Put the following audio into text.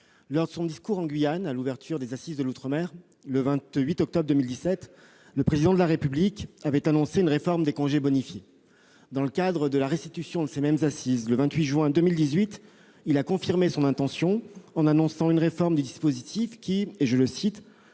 lors de son discours en Guyane, à l'ouverture des Assises de l'outre-mer le 28 octobre 2017, le Président de la République avait annoncé une réforme des congés bonifiés. Dans le cadre de la restitution de ces mêmes assises, le 28 juin 2018, il a confirmé son intention, en annonçant une réforme du dispositif qui « sera effective